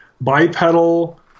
bipedal